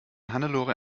hannelore